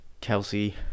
Kelsey